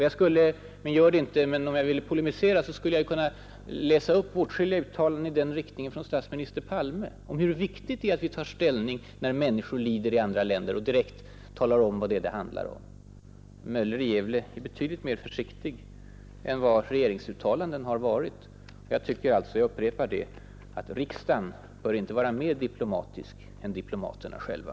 Jag skulle, om jag ville polemisera, kunna läsa upp åtskilliga uttalanden av statsminister Palme om hur viktigt det är att vi tar ställning när människor i andra länder lider och att vi direkt talar om vad det är förtrycket handlar om. 79 Herr Möller i Gävle är alltså betydligt mer försiktig än vad regeringen ibland har varit i sina uttalanden. Jag upprepar att riksdagen bör inte vara mer diplomatisk än diplomaterna själva.